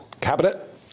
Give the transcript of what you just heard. cabinet